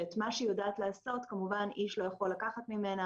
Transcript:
שאת מה שהיא יודעת לעשות כמובן שאיש לא יכול לקחת ממנה